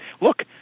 look